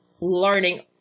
learning